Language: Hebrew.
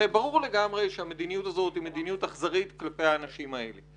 הרי ברור לגמרי שהמדיניות הזאת היא מדיניות אכזרית כלפי האנשים האלה.